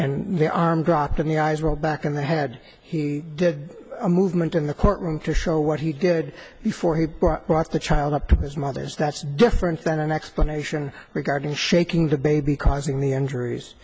and the arm dropped in the eyes roll back in the head he did a movement in the courtroom to show what he did before he brought the child up to his mother's that's different than an explanation regarding shaking the baby causing the injuries